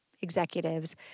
executives